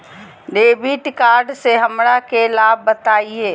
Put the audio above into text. Debit card से हमरा के लाभ बताइए?